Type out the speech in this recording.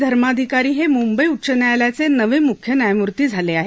धर्माधिकारी हे मुंबई उच्च न्यायालयाचे नवे मुख्य न्यायमूर्ती झाले आहेत